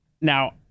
Now